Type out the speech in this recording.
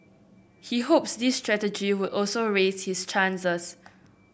he hopes this strategy would also raise his chances